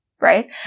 right